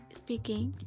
speaking